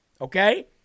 okay